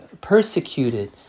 persecuted